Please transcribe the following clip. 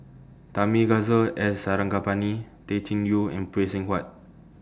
Thamizhavel G Sarangapani Tay Chin Joo and Phay Seng Whatt